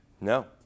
No